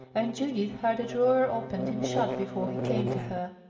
and judith heard a drawer opened and shut before he came to her.